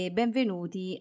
benvenuti